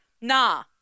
Nah